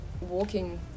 walking